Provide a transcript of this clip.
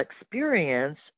experience